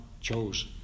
chose